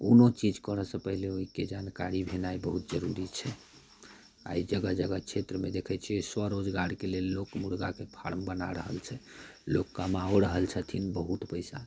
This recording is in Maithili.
कोनो चीज करऽसँ पहिले ओइके जानकारी भेनाइ बहुत जरूरी छै आइ जगह जगह क्षेत्रमे देखै छियै स्वरोजगारके लेल लोक मुर्गाके फार्म बना रहल छै लोक कमाओ रहल छथिन बहुत पैसा